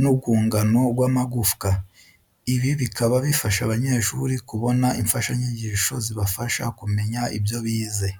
n'urwungano rw'amagufwa. Ibi bikaba bifasha abanyeshuri kubona imfashanyigisho zibafasha kumenya ibyo bize.